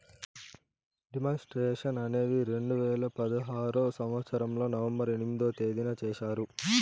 D మానిస్ట్రేషన్ అనేది రెండు వేల పదహారు సంవచ్చరంలో నవంబర్ ఎనిమిదో తేదీన చేశారు